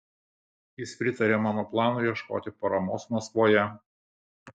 jis pritarė mano planui ieškoti paramos maskvoje